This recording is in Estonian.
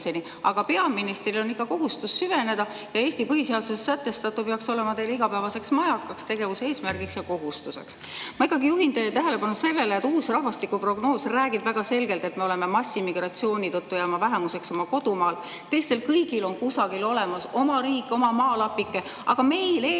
aga peaministril on ikka kohustus süveneda. Ja Eesti põhiseaduses sätestatu peaks olema teile igapäevaseks majakaks, tegevuse eesmärgiks ja kohustuseks. Ma ikkagi juhin teie tähelepanu sellele, et uus rahvastikuprognoos räägib väga selgelt, et me oleme massiimmigratsiooni tõttu jäämas vähemuseks oma kodumaal. Teistel kõigil on kusagil olemas oma riik, oma maalapike, aga meil, eestlastel, seda kusagil mujal